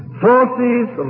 forces